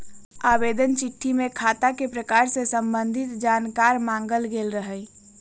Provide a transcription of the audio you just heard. आवेदन चिट्ठी में खता के प्रकार से संबंधित जानकार माङल गेल रहइ